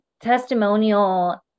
testimonial